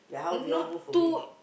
there's not two